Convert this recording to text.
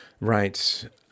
Right